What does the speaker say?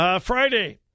Friday